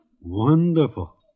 Wonderful